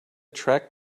track